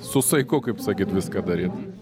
su saiku kaip sakyt viską daryt